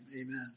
Amen